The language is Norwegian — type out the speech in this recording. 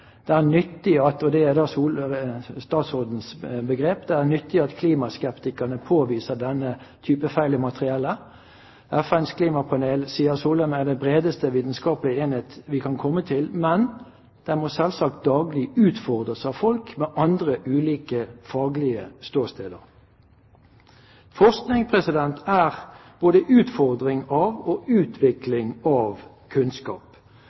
er veldig nyttig» – og det er da statsrådens begrep – «at klimaskeptikerne påviser denne type feil i materialet.» «FNs klimapanel er den bredeste, vitenskapelige enighet vi kan komme til, men den må selvsagt daglig utfordres av folk med ulike andre faglige ståsteder.» Forskning er både utfordring av og utvikling av kunnskap.